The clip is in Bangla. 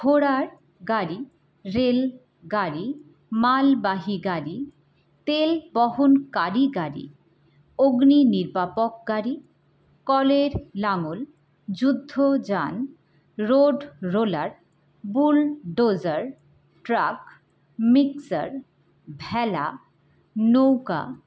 ঘোড়ার গাড়ি রেল গাড়ি মালবাহী গাড়ি তেলবহনকারী গাড়ি অগ্নি নির্বাপক গাড়ি কলের লাঙল যুদ্ধযান road roller bulldozer truck mixer ভ্যালা নৌকা